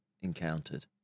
encountered